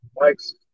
likes